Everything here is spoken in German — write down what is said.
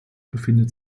befindet